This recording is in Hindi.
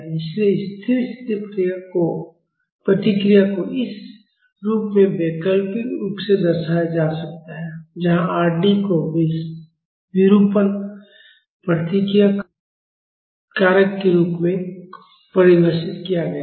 इसलिए स्थिर स्थिति प्रतिक्रिया को इस रूप में वैकल्पिक रूप से दर्शाया जा सकता है जहां R d को विरूपण प्रतिक्रिया कारक के रूप में परिभाषित किया गया है